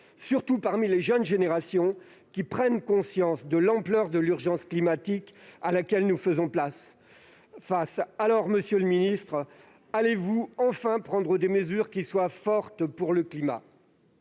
surtout dans les jeunes générations, qui prennent conscience de l'ampleur de l'urgence climatique à laquelle nous faisons face. Alors, monsieur le ministre, allez-vous enfin prendre des mesures fortes pour le climat ?